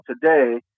today